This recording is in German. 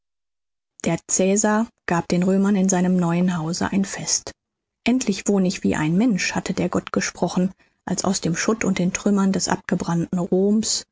der cäsar gab den römern in seinem neuen hause ein fest endlich wohne ich wie ein mensch hatte der gott gesprochen als aus dem schutt und den trümmern des abgebrannten roms